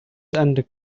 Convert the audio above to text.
and